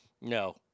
no